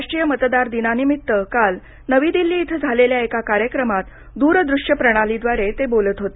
राष्ट्रीय मतदार दिनानिमित्त काल नवी दिल्ली इथं झालेल्या एका कार्यक्रमात द्रदृश्य प्रणालीद्वारे ते बोलत होते